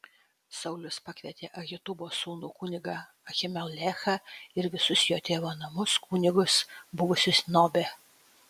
saulius pakvietė ahitubo sūnų kunigą ahimelechą ir visus jo tėvo namus kunigus buvusius nobe